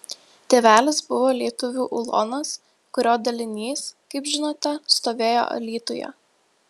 tėvelis buvo lietuvių ulonas kurio dalinys kaip žinote stovėjo alytuje